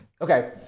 Okay